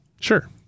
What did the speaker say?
sure